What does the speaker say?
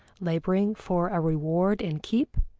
laboring for a reward in keep,